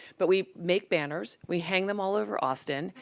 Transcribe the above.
but we make banners. we hang them all over austin.